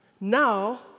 Now